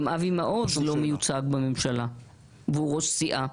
גם אבי מעוז לא מיוצג בממשלה והוא ראש סיעה.